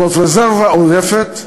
זאת רזרבה עודפת,